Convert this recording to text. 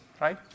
right